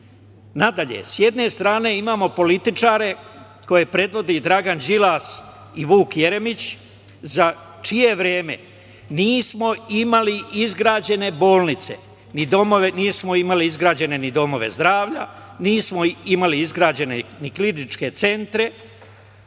dalje, s jedne strane imamo političare koje predvodi Dragan Đilas i Vuk Jeremić za čije vreme nismo imali izgrađene bolnice, nismo imali izgrađene ni domove zdravlja, nismo imali ni izgrađene kliničke centre,